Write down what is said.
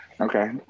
okay